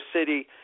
city